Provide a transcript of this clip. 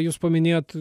jus paminėjot